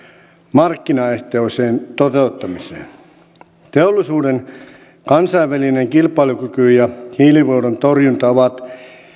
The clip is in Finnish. markkinaehtoiseen toteuttamiseen teollisuuden kansainvälinen kilpailukyky ja hiilivuodon torjunta ovat